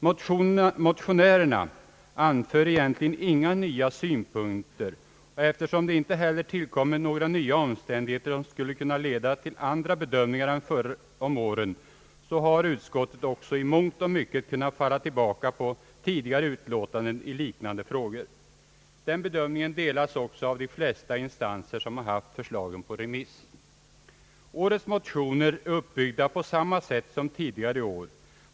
Motionärerna anför egentligen inga nya synpunkter, och eftersom det inte heller tillkommit några nya omständigheter som kunde leda till andra bedömningar än förr om åren har utskottet också i mångt och mycket kunnat falla tillbaka på tidigare uflåtanden i liknande frågor. Den bedömningen delas även av de flesta instanser som haft förslagen på remiss. Årets motioner är uppbyggda på samma sätt som tidigare års.